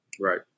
Right